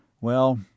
Well